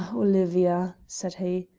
olivia, said he,